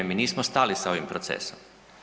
Mi nismo stali sa ovim procesom.